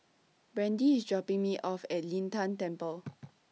Brandee IS dropping Me off At Lin Tan Temple